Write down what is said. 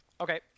Okay